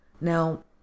Now